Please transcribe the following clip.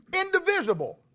indivisible